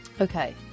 okay